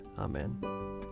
Amen